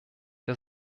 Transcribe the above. der